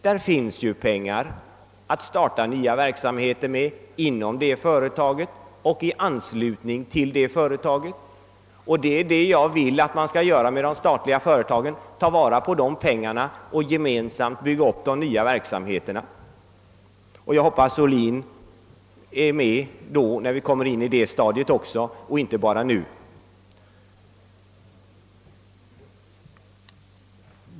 Där finns pengar att starta nya verksamheter med inom och i anslutning till det företaget. Det är det jag vill att man skall göra med de statliga företagen: ta vara på vinsterna och gemensamt bygga upp nya verksamheter. Jag hoppas att herr Ohlin är med även när vi kommer till det stadiet och inte bara nu.